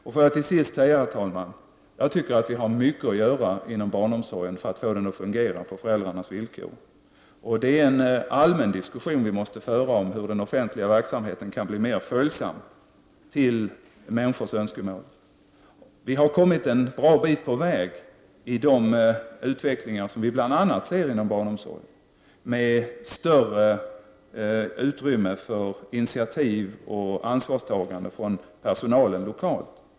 Låt mig till sist, herr talman, säga att jag tycker att vi har mycket att göra inom barnomsorgen för att få den att fungera på föräldrarnas villkor. Vi måste föra en allmän diskussion om hur den offentliga verksamheten kan bli mer följsam i förhållande till människors önskemål. Vi har kommit en bra bit på väg i de utvecklingar som vi bl.a. ser inom barnomsorgen, med större utrymme för initiativ och ansvartagande från personalen lokalt.